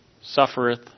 suffereth